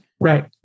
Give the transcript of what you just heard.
Right